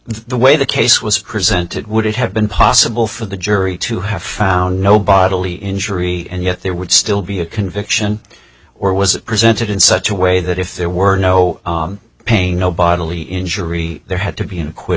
the way the case was presented would it have been possible for the jury to have found no bodily injury and yet there would still be a conviction or was presented in such a way that if there were no pain no bodily injury there had to